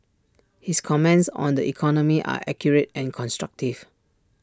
his comments on the economy are accurate and constructive